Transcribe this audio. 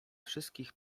wszystkich